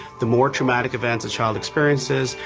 the more traumatic event the child experiences,